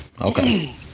Okay